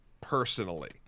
personally